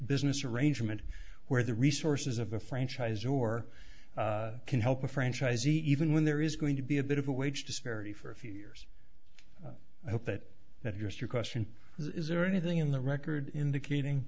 business arrangement where the resources of a franchise or can help a franchisee even when there is going to be a bit of a wage disparity for a few years i hope that that address your question is is there anything in the record indicating